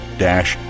dash